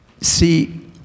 see